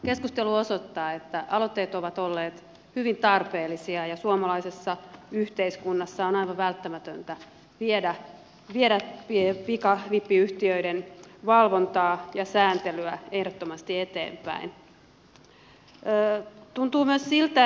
keskustelu osoittaa että aloitteet ovat olleet hyvin tarpeellisia ja suomalaisessa yhteiskunnassa on aivan välttämätöntä viedä pikavippiyhtiöiden valvontaa ja sääntelyä ehdottomasti eteenpäin